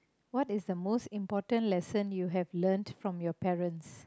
what is the most important lesson you have learnt from your parents